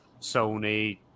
Sony